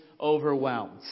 overwhelmed